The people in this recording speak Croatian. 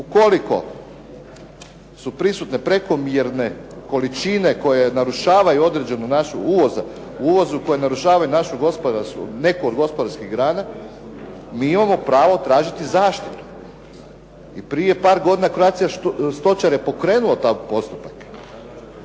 ukoliko su prisutne prekomjerne količine uvoza koje narušavaju neku od naših gospodarskih grana, mi imamo pravo tražiti zaštitu. I prije par godina "Croatia stočar" je pokrenuo taj postupak,